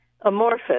amorphous